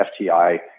FTI